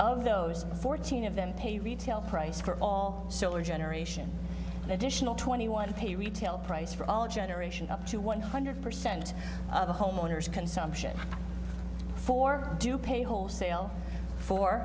of those fourteen of them pay retail price for all solar generation an additional twenty one pay retail price for all a generation up to one hundred percent of the homeowners consumption for do pay wholesale for